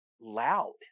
loud